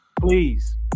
Please